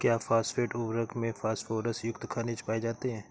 क्या फॉस्फेट उर्वरक में फास्फोरस युक्त खनिज पाए जाते हैं?